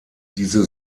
diese